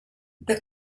the